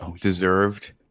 Deserved